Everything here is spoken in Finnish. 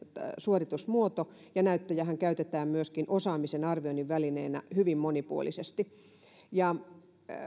suoritusmuoto ja näyttöjähän käytetään myöskin osaamisen arvioinnin välineenä hyvin monipuolisesti